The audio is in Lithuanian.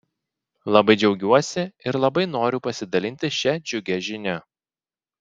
labai džiaugiuosi ir labai noriu pasidalinti šia džiugia žinia